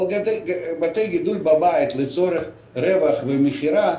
אבל עושים בתי גידול בבית לצורך רווח ומכירה,